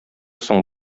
соң